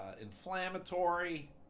inflammatory